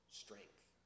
strength